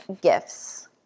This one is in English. gifts